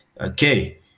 okay